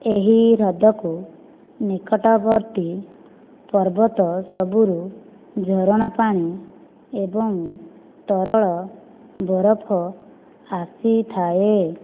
ଏହି ହ୍ରଦକୁ ନିକଟବର୍ତ୍ତୀ ପର୍ବତସବୁରୁ ଝରଣା ପାଣି ଏବଂ ତରଳ ବରଫ ଆସିଥାଏ